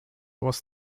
was